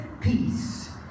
peace